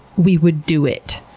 we would do it.